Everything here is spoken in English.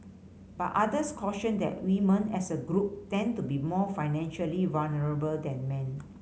but others cautioned that women as a group tend to be more financially vulnerable than men